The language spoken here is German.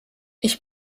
ich